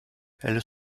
elles